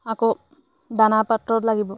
আকৌ দানা পাত্ৰত লাগিব